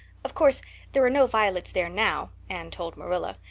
of course there are no violets there now, anne told marilla,